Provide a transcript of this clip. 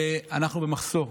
ואנחנו במחסור.